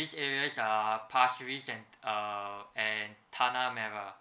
these areas are pasir ris and uh and tanah merah